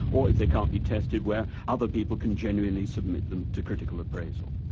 or if they can't be tested where other people can genuinely submit them to critical appraisal.